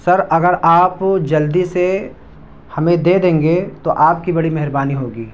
سر اگر آپ جلدی سے ہمیں دے دیں گے تو آپ کی بڑی مہربانی ہوگی